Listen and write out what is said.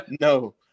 No